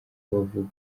bavuga